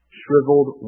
shriveled